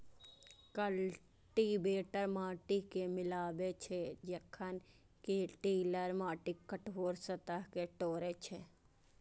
cultivator माटि कें मिलाबै छै, जखन कि टिलर माटिक कठोर सतह कें तोड़ै छै